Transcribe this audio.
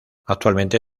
actualmente